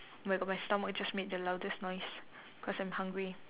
oh my god my stomach just made the loudest noise cause I'm hungry